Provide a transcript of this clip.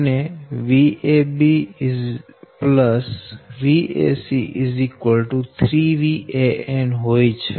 અને Vab Vac 3Van હોય છે